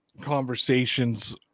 conversations